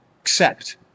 Accept